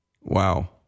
Wow